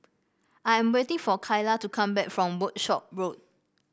I am waiting for Kyla to come back from Workshop Road